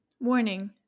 Warning